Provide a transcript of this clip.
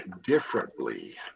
differently